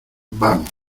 vamos